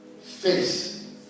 face